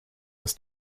das